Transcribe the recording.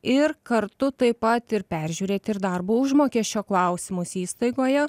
ir kartu taip pat ir peržiūrėti ir darbo užmokesčio klausimus įstaigoje